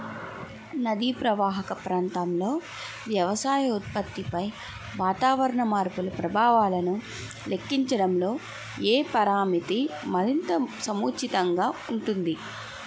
నదీ పరీవాహక ప్రాంతంలో వ్యవసాయ ఉత్పత్తిపై వాతావరణ మార్పుల ప్రభావాలను లెక్కించడంలో ఏ పరామితి మరింత సముచితంగా ఉంటుంది?